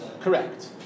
correct